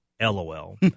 lol